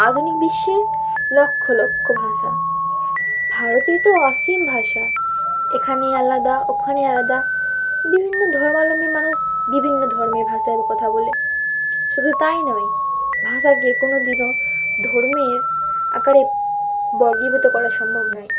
আধুনিক বিশ্বে লক্ষ লক্ষ ভাষা ভারতে তো অসীম ভাষা এখানে আলাদা ওখানে আলাদা বিভিন্ন ধর্মলম্বীর মানুষ বিভিন্ন ধর্মের ভাষায় কথা বলে শুধু তাই নয় ভাষাকে কোনো দিনও ধর্মের আকারে বর্গীভূত করা সম্ভব নয়